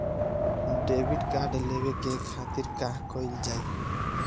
Debit card लेवे के खातिर का कइल जाइ?